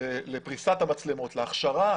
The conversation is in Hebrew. לפריסת המצלמות ולהכשרה.